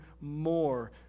more